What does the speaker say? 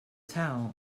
town